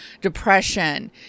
depression